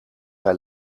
naar